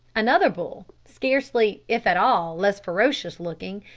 another bull, scarcely, if at all, less ferocious-looking,